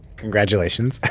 congratulations.